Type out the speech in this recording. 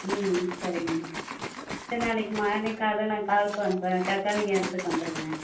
ம் சரிங்க சரி நான் அன்றைக்கி மார்னிங் காலையில் நான் கால் பண்ணுறேன் கரெக்டாக நீங்கள் இடத்துக்கு வந்துடுங்க